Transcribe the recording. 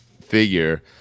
figure